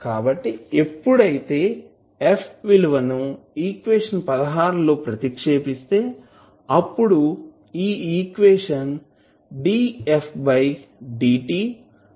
కాబట్టి ఎప్పుడైతే f విలువ ని ఈక్వేషన్ లో ప్రతిక్షేపిస్తే అప్పుడు ఈ ఈక్వేషన్ dfdtαf 0 అవుతుంది